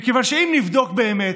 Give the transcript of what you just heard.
מכיוון שאם נבדוק באמת,